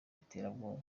iterabwoba